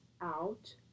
out